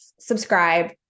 subscribe